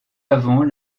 avant